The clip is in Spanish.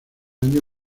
año